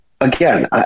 Again